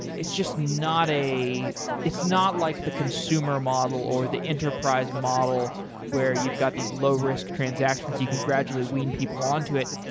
it's just not a it's not like the consumer model, or the enterprise model where you've got these low-risk transactions that you can gradually wean people on to it.